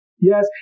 Yes